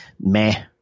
meh